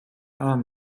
arm